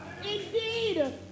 Indeed